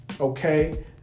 Okay